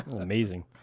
Amazing